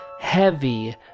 heavy